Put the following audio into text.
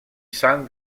san